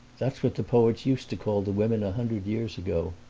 that's what the poets used to call the women a hundred years ago.